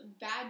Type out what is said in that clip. bad